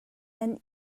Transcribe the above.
nan